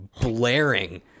blaring